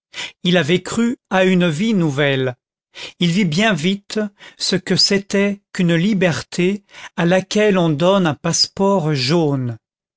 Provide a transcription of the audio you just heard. il avait cru à une vie nouvelle il vit bien vite ce que c'était qu'une liberté à laquelle on donne un passeport jaune